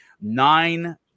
nine